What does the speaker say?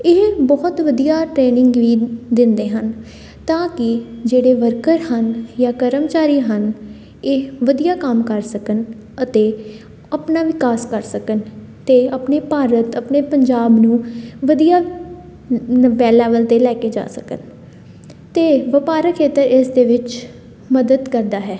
ਇਹ ਬਹੁਤ ਵਧੀਆ ਟ੍ਰੇਨਿੰਗ ਵੀ ਦਿੰਦੇ ਹਨ ਤਾਂ ਕਿ ਜਿਹੜੇ ਵਰਕਰ ਹਨ ਜਾਂ ਕਰਮਚਾਰੀ ਹਨ ਇਹ ਵਧੀਆ ਕੰਮ ਕਰ ਸਕਣ ਅਤੇ ਆਪਣਾ ਵਿਕਾਸ ਕਰ ਸਕਣ ਅਤੇ ਆਪਣੇ ਭਾਰਤ ਆਪਣੇ ਪੰਜਾਬ ਨੂੰ ਵਧੀਆ ਵੈਲ ਲੈਵਲ 'ਤੇ ਲੈ ਕੇ ਜਾ ਸਕਣ ਅਤੇ ਵਪਾਰਕ ਖੇਤਰ ਇਸ ਦੇ ਵਿੱਚ ਮਦਦ ਕਰਦਾ ਹੈ